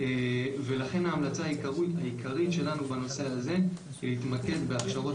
לכן ההמלצה העיקרית שלנו בנושא הזה תתמקד בהכשרות